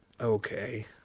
Okay